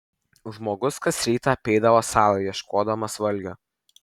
žmogus kas rytą apeidavo salą ieškodamas valgio